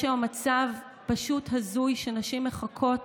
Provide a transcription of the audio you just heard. יש היום מצב פשוט הזוי: נשים מחכות